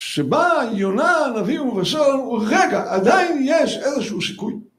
שבה יונה הנביא ראשון, רגע עדיין יש איזשהו סיכוי.